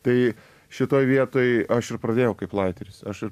tai šitoj vietoj aš ir pradėjau kaip laiteris aš ir